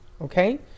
okay